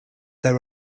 there